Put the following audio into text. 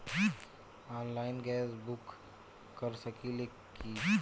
Online gas book कर सकिले की?